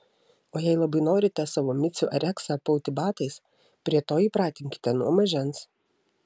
o jei labai norite savo micių ar reksą apauti batais prie to jį pratinkite nuo mažens